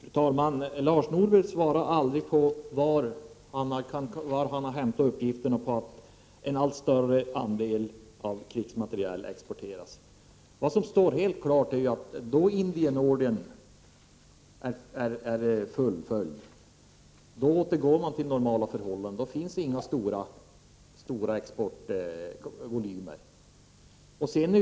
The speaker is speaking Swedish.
Fru talman! Lars Norberg svarade aldrig på var han hade hämtat uppgifterna om att en allt större andel av krigsmaterielen exporteras. Vad som står helt klart är att då Indienordern är fullföljd återgår man till normala förhållanden. Då finns det inga stora exportvolymer.